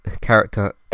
character